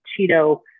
Cheeto